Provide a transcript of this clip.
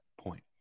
point